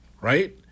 right